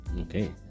Okay